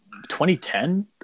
2010